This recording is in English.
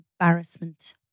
embarrassment